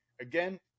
Again